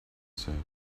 said